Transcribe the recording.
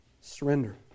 surrender